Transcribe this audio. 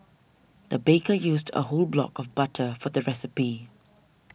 the baker used a whole block of butter for the recipe